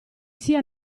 sia